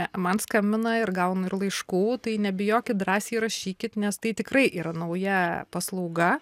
man skambina ir gaunu ir laiškų tai nebijokit drąsiai rašykit nes tai tikrai yra nauja paslauga